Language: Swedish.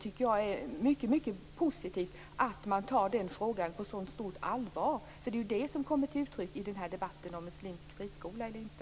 Det är mycket positivt att man tar den frågan på så stort allvar. Det är ju detta som kommer till uttryck i debatten om muslimsk friskola eller inte.